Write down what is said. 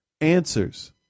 answers